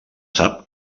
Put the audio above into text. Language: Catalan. sap